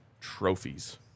trophies